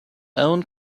own